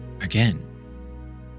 again